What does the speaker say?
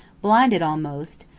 blinded almost,